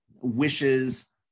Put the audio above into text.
Wishes